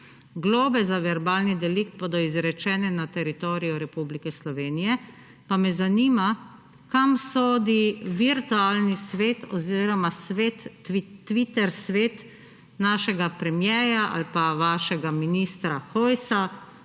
globe za verbalni delikt bodo izrečene na teritoriju Republike Slovenije, pa me zanima, kam sodi virtualni svet oziroma Twitter svet našega premierja ali pa vašega ministra Hojsa.